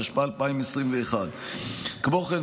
התשפ"א 2021. כמו כן,